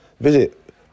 Visit